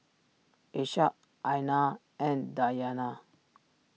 Ishak Aina and Dayana